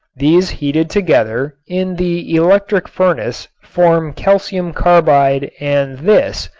these heated together in the electric furnace form calcium carbide and this,